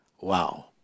Wow